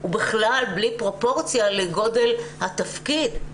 הוא בכלל בלי פרופורציה לגודל התפקיד,